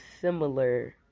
similar